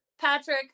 Patrick